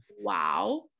Wow